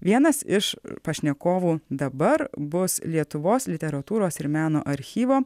vienas iš pašnekovų dabar bus lietuvos literatūros ir meno archyvo